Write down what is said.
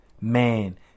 man